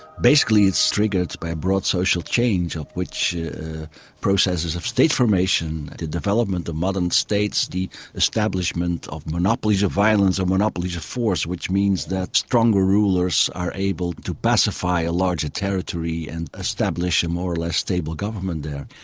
basically it's triggered by a broad social change of which processes of state formation, the development of modern states, the establishment of monopolies of violence or monopolies of force, which means that stronger rulers are able to pacify a larger territory and establish a more or less stable government there.